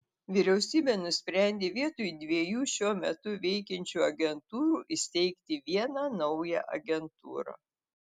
vyriausybė nusprendė vietoj dviejų šiuo metu veikiančių agentūrų įsteigti vieną naują agentūrą